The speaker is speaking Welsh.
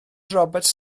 roberts